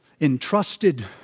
entrusted